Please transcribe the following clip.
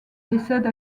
décède